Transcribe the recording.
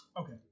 Okay